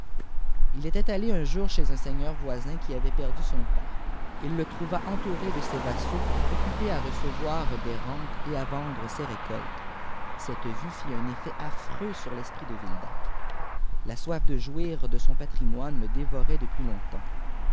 il était allé un jour chez un seigneur voisin qui avait perdu son père il le trouva entouré de ses vassaux occupé à recevoir des rentes et à vendre ses récoltes cette vue fit un effet afifreui sur l'esprit de vildac la soif de jouir de son patrimoine le dévorait depuis longtemps